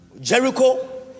Jericho